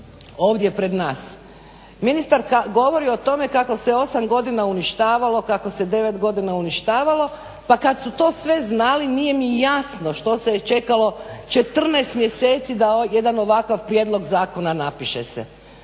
ovdje pred nas. Ministar govori o tome kako se 8 godina uništavalo, kako se 9 godina uništavalo pa kad su to sve znali nije mi jasno što se je čekalo 14 mjeseci da jedan ovakav prijedlog zakona napiše se.